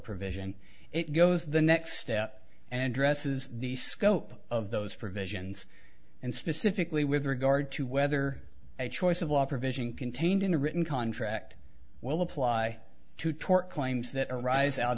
provision it goes the next step and dresses the scope of those provisions and specifically with regard to whether a choice of opera vision contained in a written contract will apply to tort claims that arise out